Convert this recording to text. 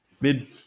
mid